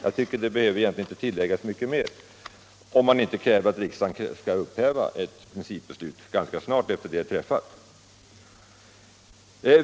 Jag tycker att det egentligen inte behöver tilläggas så mycket mer —- Om man inte kräver att riksdagen skall upphäva ett principbeslut ganska snart efter det att beslutet fattats.